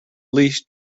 least